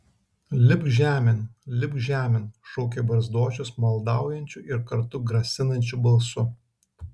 lipk žemėn lipk žemėn šaukė barzdočius maldaujančiu ir kartu grasinančiu balsu